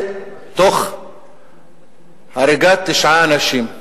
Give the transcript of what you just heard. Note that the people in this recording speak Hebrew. ותוך הריגת תשעה אנשים.